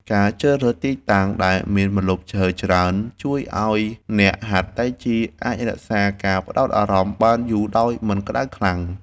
ការជ្រើសរើសទីតាំងដែលមានម្លប់ឈើច្រើន ជួយឱ្យអ្នកហាត់តៃជីអាចរក្សាការផ្ដោតអារម្មណ៍បានយូរដោយមិនក្ដៅខ្លាំង។